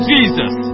Jesus